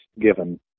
given